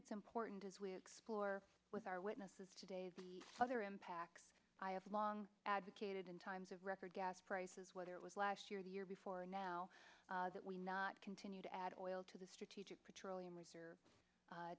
it's important as we explore with our witnesses today the other impacts i have long advocated in times of record gas prices whether it was last year the year before now that we not continue to add oil to the strategic petroleum